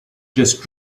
just